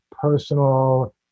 personal